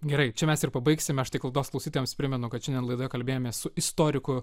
gerai čia mes ir pabaigsim aš tik laidos klausytojams primenu kad šiandien laidoje kalbėjomės su istoriku